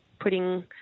putting